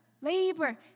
labor